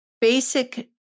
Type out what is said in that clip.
basic